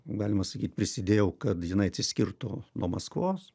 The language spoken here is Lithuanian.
galima sakyt prisidėjau kad jinai atsiskirtų nuo maskvos